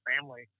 family